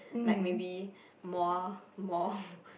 like maybe more more